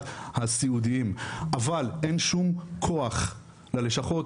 הסיעודיים אבל אין שום כוח ללשכות,